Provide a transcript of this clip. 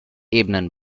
ebenen